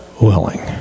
willing